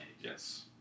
Yes